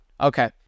Okay